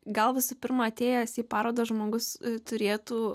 galvos pirmą atėjęs į parodą žmogus turėtų